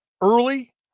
early